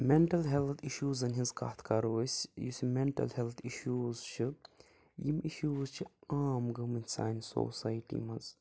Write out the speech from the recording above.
mental health اِشوٗزَن ہِنٛز کَتھ کَرو أسۍ یُس یہِ مٮ۪نٹَل ہٮ۪لٕتھ اِشوٗز چھِ یِم اِشوٗز چھِ عام گٔمٕتۍ سانہِ سوسایٹی منٛز